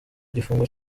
igifungo